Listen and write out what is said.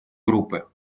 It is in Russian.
группы